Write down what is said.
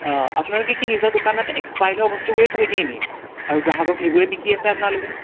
আপোনালোকে কি নিজৰ দোকানত এক্সপায়াৰ্ড হোৱা বস্তুবোৰে থৈ দিয়ে নেকি আৰু গ্ৰাহকক সেইবোৰে বিকি আছে আপোনালোকে